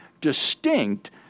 distinct